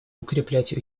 укреплять